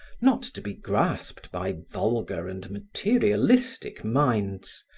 not to be grasped by vulgar and materialistic minds,